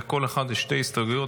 לכל אחד יש שתי הסתייגויות,